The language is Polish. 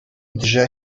drze